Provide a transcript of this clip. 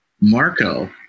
Marco